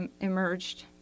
emerged